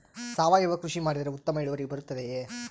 ಸಾವಯುವ ಕೃಷಿ ಮಾಡಿದರೆ ಉತ್ತಮ ಇಳುವರಿ ಬರುತ್ತದೆಯೇ?